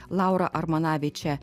laura armanaviče